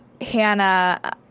Hannah